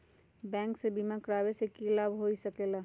Bank से बिमा करावे से की लाभ होई सकेला?